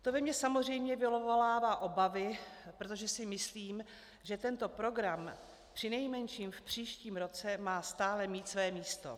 To ve mně samozřejmě vyvolává obavy, protože si myslím, že tento program přinejmenším v příštím roce má stále mít své místo.